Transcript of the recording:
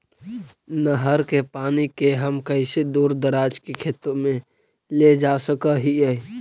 नहर के पानी के हम कैसे दुर दराज के खेतों में ले जा सक हिय?